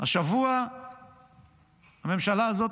השבוע הממשלה הזאת